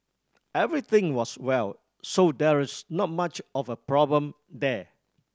everything was well so there is not much of a problem there